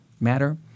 matter